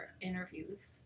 interviews